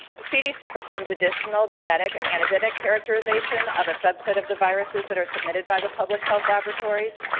cdc performs additional genetic and antigenemic characterization of a subset of the viruses that are submitted by the public health laboratories,